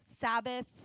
Sabbath